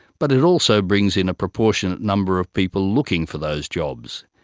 but it also brings in a proportionate number of people looking for those jobs.